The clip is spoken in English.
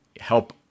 help